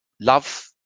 love